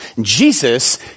Jesus